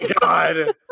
god